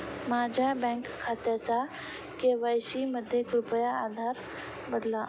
माझ्या बँक खात्याचा के.वाय.सी मध्ये कृपया आधार बदला